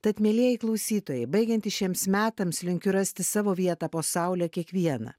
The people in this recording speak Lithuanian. tad mielieji klausytojai baigiantis šiems metams linkiu rasti savo vietą po saule kiekvieną